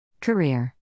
Career